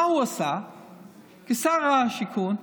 מה הוא עשה כשר השיכון?